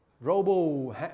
robo